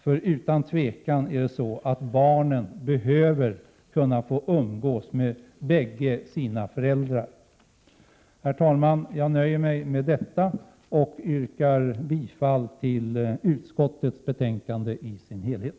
Det är ju inget tvivel om att barnen behöver kunna få umgås med båda föräldrarna. Herr talman! Jag yrkar bifall till hemställan i utskottets betänkande i dess helhet.